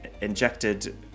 injected